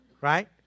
right